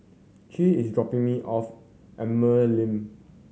Che is dropping me off Emerald Link